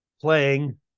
playing